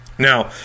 Now